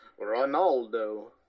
Ronaldo